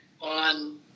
on